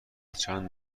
چند